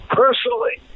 personally